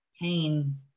pain